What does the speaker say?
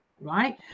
Right